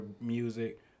music